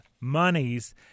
monies